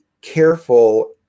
careful